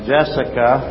Jessica